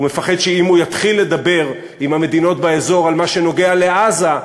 הוא מפחד שאם הוא יתחיל לדבר עם המדינות באזור על מה שנוגע בעזה,